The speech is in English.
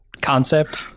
concept